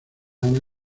ana